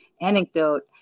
anecdote